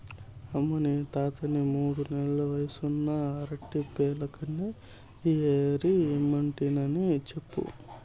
అమ్మనీ తాతని మూడు నెల్ల వయసున్న అరటి పిలకల్ని ఏరి ఇమ్మంటినని చెప్పు